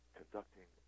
conducting